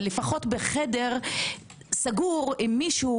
אבל לפחות בחדר סגור עם מישהו,